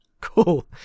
cool